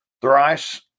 Thrice